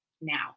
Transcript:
now